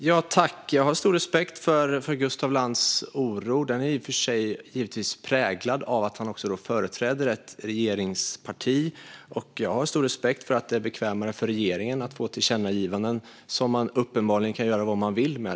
Herr talman! Jag har stor respekt för Gustaf Lantz oro. Den är i och för sig givetvis präglad av att han företräder ett regeringsparti. Jag har stor respekt för att det är bekvämare för regeringen att få tillkännagivanden, som man uppenbarligen kan göra vad man vill med.